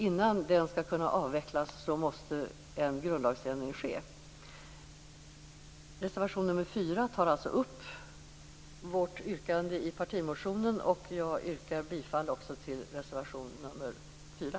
Innan den skall kunna avvecklas måste en grundlagsändring ske. Reservation nr 4 tar alltså upp vårt yrkande i partimotionen. Jag yrkar därför också bifall till reservation nr 4.